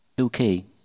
Okay